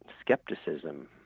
skepticism